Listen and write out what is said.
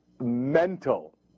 mental